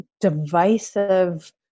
divisive